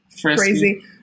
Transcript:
crazy